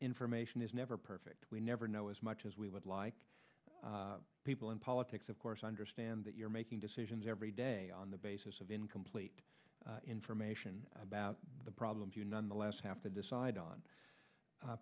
information is never perfect we never know as much as we would like people in politics of course understand that you're making decisions every day on the basis of incomplete information about the problems you nonetheless have to decide on